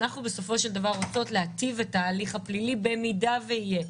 אנחנו בסופו של דבר רוצות להיטיב את ההליך הפלילי במידה שיהיה,